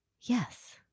Yes